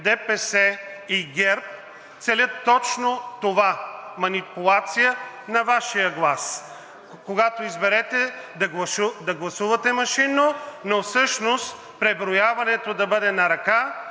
ДПС и ГЕРБ целят точно това – манипулация на Вашия глас, когато изберете да гласувате машинно, но всъщност преброяването да бъде на ръка